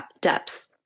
depths